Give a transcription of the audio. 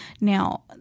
Now